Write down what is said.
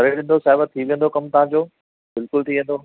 थी वेंदो कमु तव्हां जो बिल्कुलु थी वेंदो